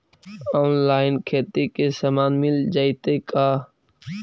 Online खेती के सामान मिल जैतै का?